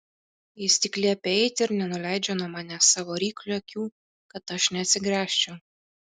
jis tik liepia eiti ir nenuleidžia nuo manęs savo ryklio akių kad aš neatsigręžčiau